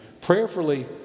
Prayerfully